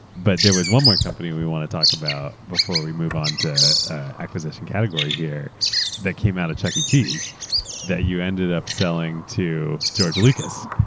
but there was one more company we want to talk about before we move on to acquisition category here that came out of chuck e. cheese that you ended up selling to george lucas.